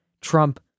Trump